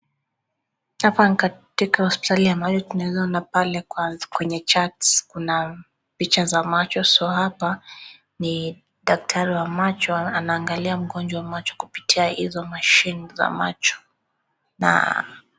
Hapa ni katika hospitali ambayo, tunaeza ona pale kwenye charts kuna picha za macho so hapa kuna ni daktari wa macho anaangalia mgonjwa macho kupitia hizo mashini za macho na ...